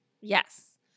Yes